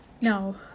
No